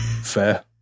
fair